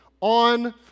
on